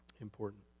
important